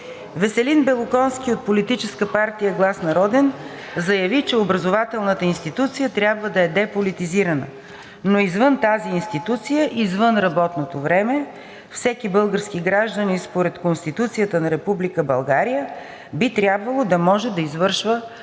Веселин Белоконски от Политическа партия „Глас Народен“ заяви, че образователната институция трябва да е деполитизирана, но извън тази институция, извънработното време, всеки български гражданин според Конституцията на Република България би трябвало да може да извършва